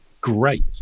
great